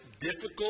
difficult